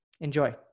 Enjoy